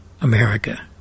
America